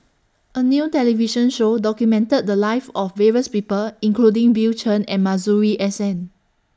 A New television Show documented The Lives of various People including Bill Chen and Masuri S N